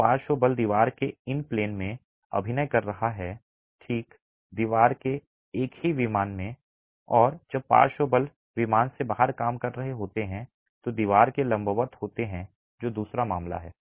जब पार्श्व बल दीवार के इन प्लेन में अभिनय कर रहा है ठीक दीवार के एक ही विमान में और जब पार्श्व बल विमान से बाहर काम कर रहे होते हैं तो दीवार के लंबवत होते हैं जो दूसरा मामला है